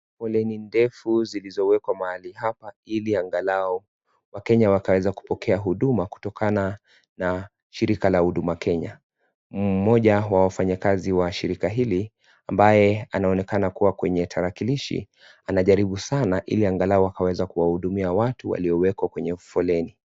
Foleni ndefu zilizowekwa mahali hapa ili angalau wakenya wakaweze kupokea huduma kutokana na shirika la huduma Kenya. Mmoja wa wafanyikazi wa shirika hili, ambaye anaonekana kuwa kwenye tarakilishi anajaribu sana ili angalau akaweze kuwahudumia watu waliowekwa kwenye foleni.